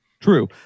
True